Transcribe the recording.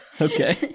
Okay